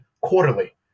quarterly